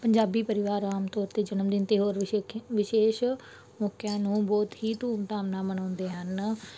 ਪੰਜਾਬੀ ਪਰਿਵਾਰ ਆਮ ਤੌਰ 'ਤੇ ਜਨਮਦਿਨ ਅਤੇ ਹੋਰ ਵਿਸੇਖ ਵਿਸ਼ੇਸ਼ ਮੌਕਿਆਂ ਨੂੰ ਬਹੁਤ ਹੀ ਧੂਮਧਾਮ ਨਾਲ ਮਨਾਉਂਦੇ ਹਨ